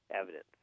evidence